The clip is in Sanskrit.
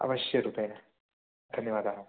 अवश्यरूपेण धन्यवादः